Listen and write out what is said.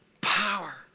Power